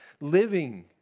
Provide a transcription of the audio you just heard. living